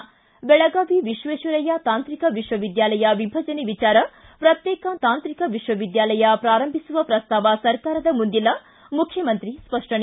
ು ಬೆಳಗಾವಿ ವಿಶ್ವೇಶ್ವರಯ್ಯ ತಾಂತ್ರಿಕ ವಿಶ್ವವಿದ್ಯಾಲಯ ವಿಭಜನೆ ವಿಚಾರ ಪ್ರತ್ಯೇಕ ತಾಂತ್ರಿಕ ವಿಶ್ವವಿದ್ಯಾಲಯ ಪ್ರಾರಂಭಿಸುವ ಪ್ರಸ್ತಾವ ಸರ್ಕಾರದ ಮುಂದಿಲ್ಲ ಮುಖ್ಯಮಂತ್ರಿ ಸ್ಪಷ್ಷನೆ